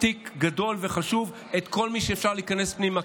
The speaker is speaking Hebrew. תיק גדול וחשוב את כל מי שאפשר להכניס פנימה,